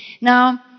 Now